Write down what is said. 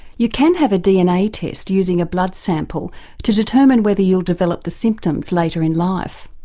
you can have a dna test using a blood sample to determine whether you'll develop the symptoms later in life,